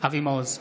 אבי מעוז,